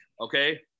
Okay